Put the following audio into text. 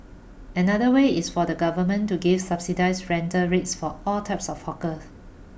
another way is for the government to give subsidised rental rates for all types of hawker